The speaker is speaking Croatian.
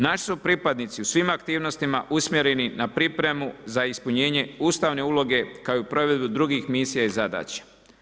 Naši su pripadnici u svim aktivnostima usmjereni na pripremu za ispunjenje ustavne uloge kao i u provedbi drugih misija i zadaća.